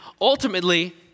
ultimately